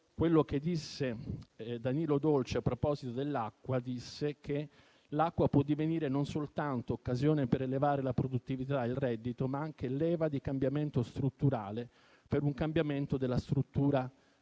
quel proposito, Danilo Dolci a proposito dell'acqua disse che «l'acqua può divenire non soltanto occasione per elevare la produttività e il reddito, ma anche leva di cambiamento strutturale per un cambiamento della struttura di